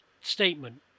statement